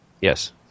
yes